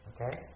okay